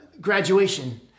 Graduation